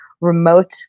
remote